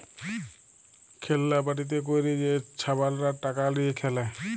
খেল্লা বাটিতে ক্যইরে যে ছাবালরা টাকা লিঁয়ে খেলে